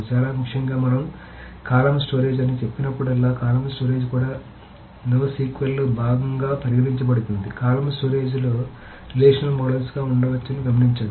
చాలా ముఖ్యంగా మనం కాలమ్ స్టోరేజ్ అని చెప్పినప్పుడల్లా కాలమ్ స్టోరేజ్ కూడా NoSQL లో భాగంగా పరిగణించబడుతుంది కాలమ్ స్టోరేజ్లు రిలేషనల్ మోడల్స్గా ఉండవచ్చని గమనించండి